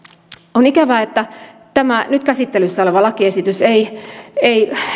on ikävää että tämä nyt käsittelyssä oleva lakiesitys ei ei